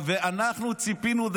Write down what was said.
ואנחנו ציפינו,